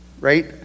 Right